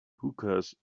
hookahs